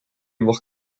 voir